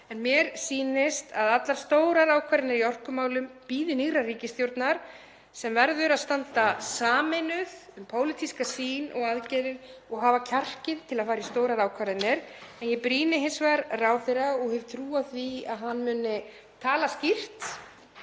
En mér sýnist að allar stórar ákvarðanir í orkumálum bíði nýrrar ríkisstjórnar sem verður að standa sameinuð um pólitíska sýn og aðgerðir og hafa kjark til að fara í stórar ákvarðanir. En ég brýni hins vegar ráðherra og hef trú á því að hann muni tala skýrt